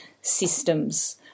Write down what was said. systems